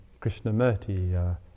Krishnamurti